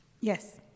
Yes